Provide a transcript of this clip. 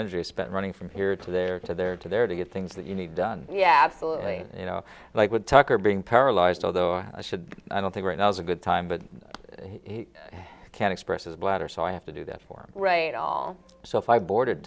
energy are spent running from here to there to there to there to get things that you need done yeah absolutely you know like with tucker being paralyzed although i should i don't think right now is a good time but he can express his bladder so i have to do that for right all so if i boarded